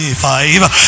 five